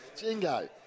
Jingo